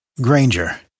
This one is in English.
Granger